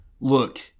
Look